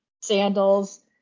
sandals